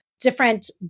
different